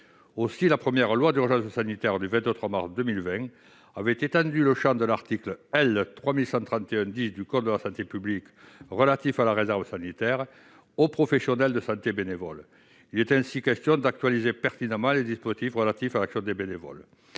face à l'épidémie de covid-19 du 23 mars 2020 avait étendu le champ de l'article L. 3131-10 du code de la santé publique, relatif à la réserve sanitaire, aux professionnels de santé bénévoles. Il est ainsi question d'actualiser pertinemment les dispositifs relatifs à l'action des bénévoles.